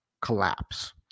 collapse